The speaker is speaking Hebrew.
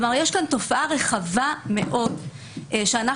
כלומר יש פה תופעה רחבה מאוד שעמדנו